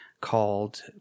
called